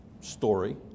story